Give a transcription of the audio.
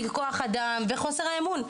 חוסר כוח אדם וחוסר האמון.